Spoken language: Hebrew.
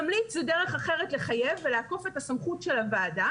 ממליץ זה דרך אחרת לחייב ולעקוף את הסמכות של הוועדה